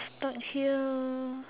stuck here